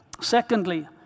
Secondly